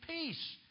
Peace